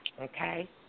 Okay